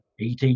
et